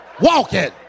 walking